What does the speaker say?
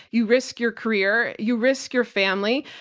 you risk your career, you risk your family,